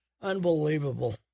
Unbelievable